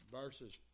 verses